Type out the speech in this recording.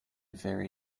very